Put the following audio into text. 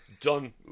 Done